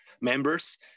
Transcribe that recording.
members